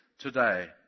Today